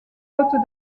côtes